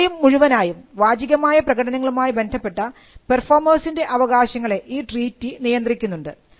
കൃത്യമായും മുഴുവനായും വാചികമായ പ്രകടനങ്ങളുമായി ബന്ധപ്പെട്ട പെർഫോമേഴ്സിൻറെ അവകാശങ്ങളെ ഈ ട്രീറ്റി നിയന്ത്രിക്കുന്നുണ്ട്